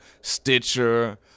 Stitcher